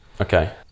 okay